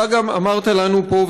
אתה גם אמרת לנו פה,